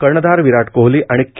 कर्णधार विराट कोहली आणि के